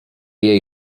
jej